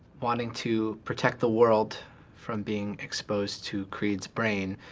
wanting to protect the world from being exposed to creed's brain,